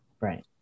right